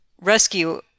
rescue